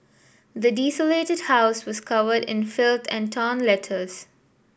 the desolated house was covered in filth and torn letters